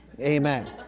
Amen